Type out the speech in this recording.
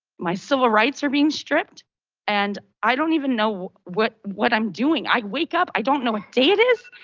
my civil rights are being stripped and i don't even know what what i'm doing. i wake up. i don't know what day it is.